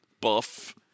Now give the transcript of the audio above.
Buff